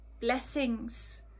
blessings